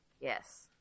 yes